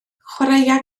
chwaraea